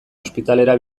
ospitalera